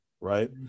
right